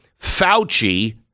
Fauci